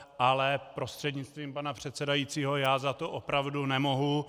Ale prostřednictvím pana předsedajícího, já za to opravdu nemohu.